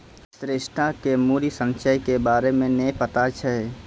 श्वेता के मूल्य संचय के बारे मे नै पता छै